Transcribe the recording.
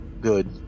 Good